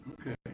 Okay